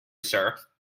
sir